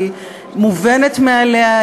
היא מובנת מאליה,